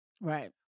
Right